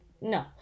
No